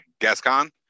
Gascon